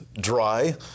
dry